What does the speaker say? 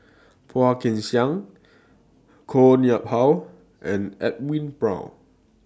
Phua Kin Siang Koh Nguang How and Edwin Brown